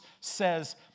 says